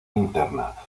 interna